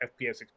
FPS